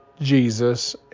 Jesus